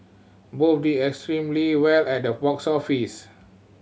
both did extremely well at the box office